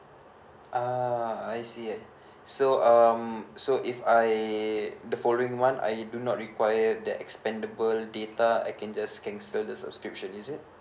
ah I see so um so if I the following one I do not required that expandable data I can just cancel the subscription is it